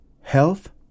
Health